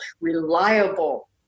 reliable